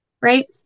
Right